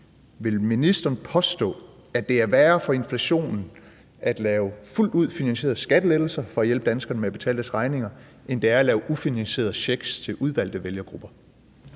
Vil ministeren påstå, at det er værre for inflationen at lave fuldt ud finansierede skattelettelser for at hjælpe danskerne med at betale deres regninger, end det er at give ufinansierede checks til udvalgte vælgergrupper?